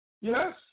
Yes